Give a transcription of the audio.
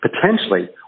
potentially